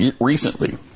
recently